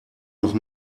noch